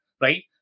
right